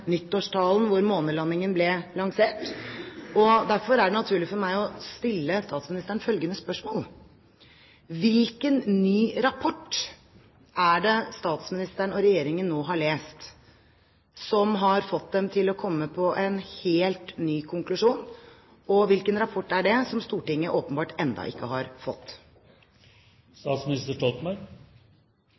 nyttårstalen hvor månelandingen ble lansert, og derfor er det naturlig for meg å stille statsministeren følgende spørsmål: Hvilken ny rapport er det statsministeren og Regjeringen nå har lest, som har fått dem til å komme med en helt ny konklusjon? Og hvilken rapport er det som Stortinget åpenbart ennå ikke har